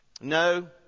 No